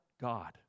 God